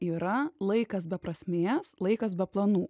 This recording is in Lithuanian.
yra laikas be prasmės laikas be planų